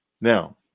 now